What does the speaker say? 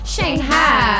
Shanghai